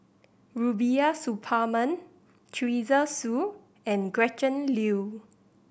Rubiah Suparman Teresa Hsu and Gretchen Liu